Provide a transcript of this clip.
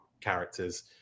characters